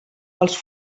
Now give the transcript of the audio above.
els